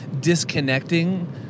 disconnecting